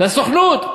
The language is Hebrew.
לסוכנות.